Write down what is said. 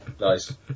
nice